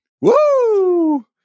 woo